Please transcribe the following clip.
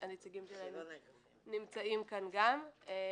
שהנציגים שלה נמצאים כאן גם.